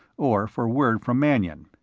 or for word from mannion.